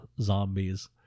zombies